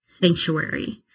sanctuary